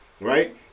right